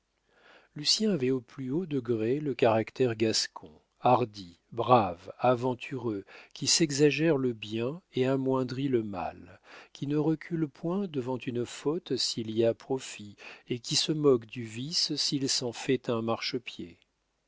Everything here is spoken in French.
lucien avait au plus haut degré le caractère gascon hardi brave aventureux qui s'exagère le bien et amoindrit le mal qui ne recule point devant une faute s'il y a profit et qui se moque du vice s'il s'en fait un marchepied